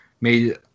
made